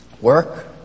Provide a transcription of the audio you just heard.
Work